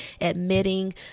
admitting